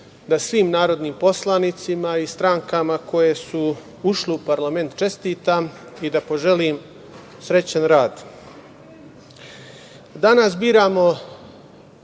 da svim narodnim poslanicima i strankama koje su ušle u parlament čestitam i da poželim srećan